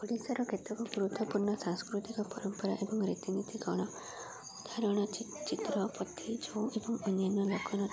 ଓଡ଼ିଶାର କେତେକ ଗୁରୁତ୍ୱପୂର୍ଣ୍ଣ ସାଂସ୍କୃତିକ ପରମ୍ପରା ଏବଂ ରୀତିନୀତି କ'ଣ ଉଦାହରଣ ଚିତ୍ର ଏବଂ ଅନ୍ୟାନ୍ୟ